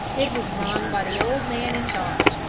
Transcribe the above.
it was rung by the old man in charge,